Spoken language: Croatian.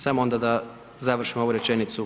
Samo onda da završim ovu rečenicu.